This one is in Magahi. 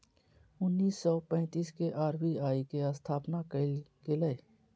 उन्नीस सौ पैंतीस के आर.बी.आई के स्थापना कइल गेलय